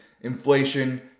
inflation